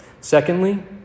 Secondly